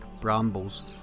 brambles